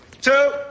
two